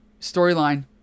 storyline